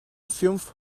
fünf